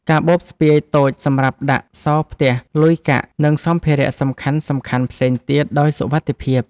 កាបូបស្ពាយតូចសម្រាប់ដាក់សោរផ្ទះ លុយកាក់ និងសម្ភារៈសំខាន់ៗផ្សេងទៀតដោយសុវត្ថិភាព។